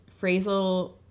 phrasal